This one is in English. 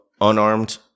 unarmed